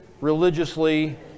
religiously